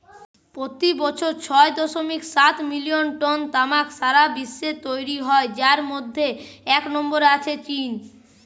পোতি বছর ছয় দশমিক সাত মিলিয়ন টন তামাক সারা বিশ্বে তৈরি হয় যার মধ্যে এক নম্বরে আছে চীন